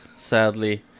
sadly